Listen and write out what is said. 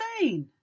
insane